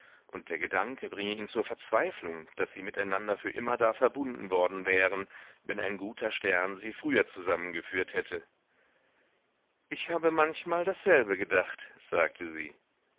und der gedanke bringe ihn zur verzweiflung daß sie miteinander für immerdar verbunden worden wären wenn ein guter stern sie früher zusammengeführt hätte ich habe manchmal dasselbe gedacht sagte sie